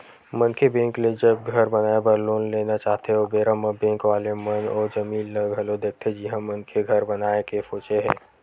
मनखे बेंक ले जब घर बनाए बर लोन लेना चाहथे ओ बेरा म बेंक वाले मन ओ जमीन ल घलो देखथे जिहाँ मनखे घर बनाए के सोचे हे